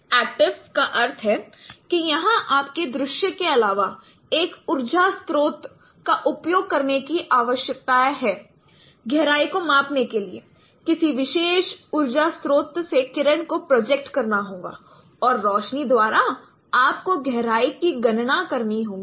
active का अर्थ है कि यहां आपको दृश्य के अलावा एक ऊर्जा स्रोत का उपयोग करने की आवश्यकता है गहराई को मापने के लिए किसी विशेष ऊर्जा स्रोत से किरण को प्रोजेक्ट करना होगा और रोशनी द्वारा आपको गहराई की गणना करनी होगी